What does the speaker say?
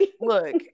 look